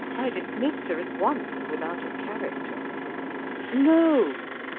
i dismissed her at once without a character no,